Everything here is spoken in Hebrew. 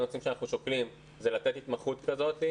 אחד הנושאים שאנחנו שוקלים הוא לתת התמחות כזאת.